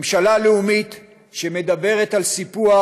ממשלה לאומית שמדברת על סיפוח,